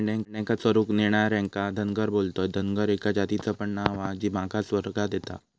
मेंढ्यांका चरूक नेणार्यांका धनगर बोलतत, धनगर एका जातीचा पण नाव हा जी मागास वर्गात येता